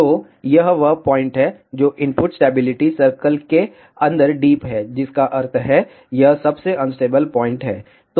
तो यह वह पॉइंट है जो इनपुट स्टेबिलिटी सर्कल के अंदर डीप है जिसका अर्थ है यह सबसे अनस्टेबल पॉइंट है